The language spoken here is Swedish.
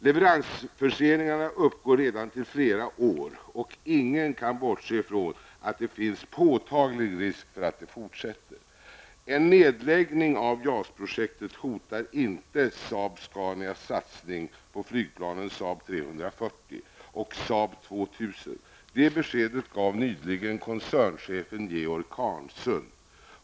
Leveransförseningarna uppgår redan till flera år, och ingen kan bortse från att det finns en påtaglig risk för att de fortsätter. En nedläggning av JAS-projektet hotar inte Saab 2000. Det beskedet gav nyligen koncernchefen Georg Karnsund.